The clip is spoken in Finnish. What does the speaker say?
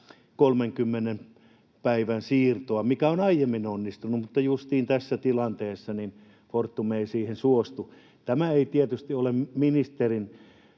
30 päivän siirtoa, mikä on aiemmin onnistunut, mutta justiin tässä tilanteessa Fortum ei siihen suostu. Tämä ei tietysti ole ministerin